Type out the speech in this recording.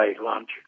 lunch